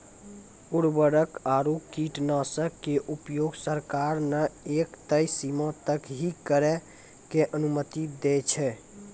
उर्वरक आरो कीटनाशक के उपयोग सरकार न एक तय सीमा तक हीं करै के अनुमति दै छै